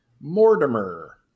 Mortimer